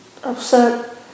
upset